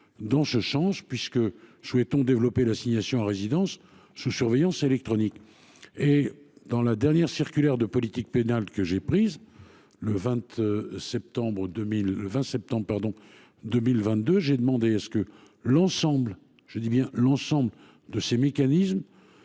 dans ce sens puisque nous souhaitons développer l'assignation à résidence sous surveillance électronique. Dans la dernière circulaire de politique pénale que j'ai prise, le 20 septembre 2022, j'ai demandé que l'ensemble- je dis bien « l'ensemble » -de ces mécanismes